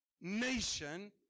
nation